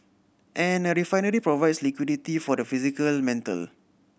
and a refinery provides liquidity for the physical metal